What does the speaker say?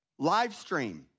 Livestream